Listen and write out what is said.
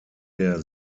der